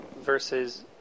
versus